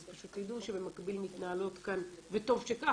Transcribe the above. אז פשוט תדעו שבמקביל מתנהלות כאן וטוב שכך,